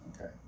Okay